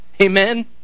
Amen